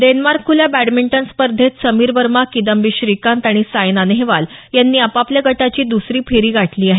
Denmark खुल्या badminton स्पर्धेत समीर वर्मा किदांबी श्रीकांत आणि सायना नेहवाल यांनी आपापल्या गटाची दुसरी फेरी गाठली आहे